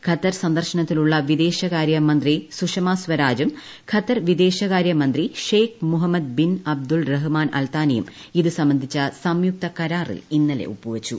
Qatar സന്ദർശനത്തിലുള്ള വിദേശകാര്യമന്ത്രി സുഷമാസ്വരാജും ഖത്തർ വിദേശകാര്യമന്ത്രി Sheikh Mohammed bin Abdul Rahman അൽത്താനിയും ഇതു സംബന്ധിച്ച സ്പ്യൂയിുക്ത കരാറിൽ ഇന്നലെ ഒപ്പുവച്ചു